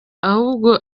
ahubwo